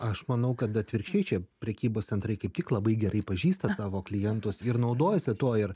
aš manau kad atvirkščiai čia prekybos centrai kaip tik labai gerai pažįsta savo klientus ir naudojasi tuo ir